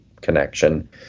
connection